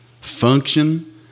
function